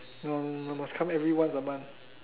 no no must come here every once a month